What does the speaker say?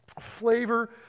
flavor